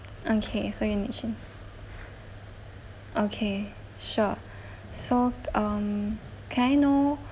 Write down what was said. okay so you need chilli okay sure so um can I know